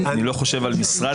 אם יש לך להשלים ----- עניינית,